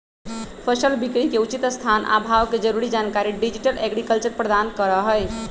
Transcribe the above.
फसल बिकरी के उचित स्थान आ भाव के जरूरी जानकारी डिजिटल एग्रीकल्चर प्रदान करहइ